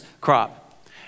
crop